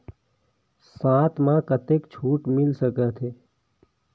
साथ म कतेक छूट मिल सकथे?